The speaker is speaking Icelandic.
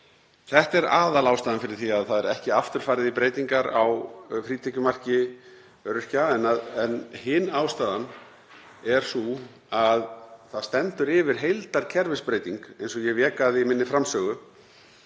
Þetta er aðalástæðan fyrir því að það er ekki aftur farið í breytingar á frítekjumarki öryrkja. Hin ástæðan er sú að það stendur yfir heildarkerfisbreyting, eins og ég vék að í minni framsögu,